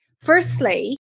Firstly